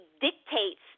dictates